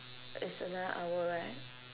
it's another hour right